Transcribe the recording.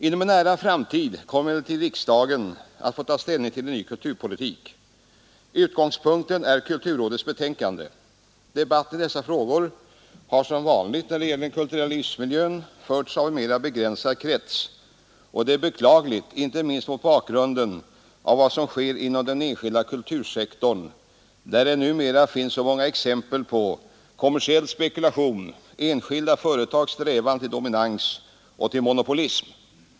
Inom en nära framtid kommer emellertid riksdagen att få ta ställning till en ny kulturpolitik. Utgångspunkten är kulturrådets betänkande. Debatten i dessa frågor har, som vanligt när det gäller den kulturella livsmiljön, förts av en mera begränsad krets. Detta är beklagligt inte minst mot bakgrunden av vad som sker inom den enskilda kultursektorn där det numera finns så många exempel på kommersiell spekulation, enskilda företags strävan till dominans och till monopolism.